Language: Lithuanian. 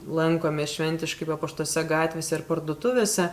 lankomės šventiškai papuoštose gatvėse ir parduotuvėse